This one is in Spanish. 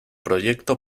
proyecto